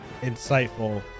insightful